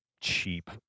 cheap